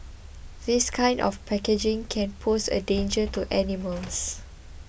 this kind of packaging can pose a danger to animals